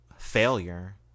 Failure